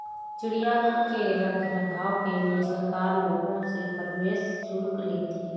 चिड़ियाघर के रख रखाव के लिए सरकार लोगों से प्रवेश शुल्क लेती है